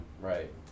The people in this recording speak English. Right